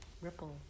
ripple